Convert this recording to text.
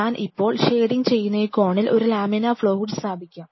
ഞാൻ ഇപ്പോൾ ഷേഡിംഗ് ചെയ്യുന്ന ഈ കോണിൽ ഒരു ലാമിനാർ ഫ്ലോ ഹുഡ് സ്ഥാപിക്കാം